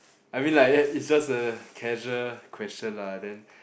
I mean like eh it's just a casual question lah then